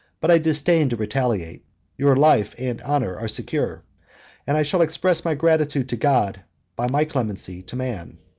but i disdain to retaliate your life and honor are secure and i shall express my gratitude to god by my clemency to man.